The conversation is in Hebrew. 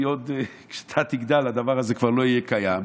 כי כשאתה תגדל הדבר הזה כבר לא יהיה קיים.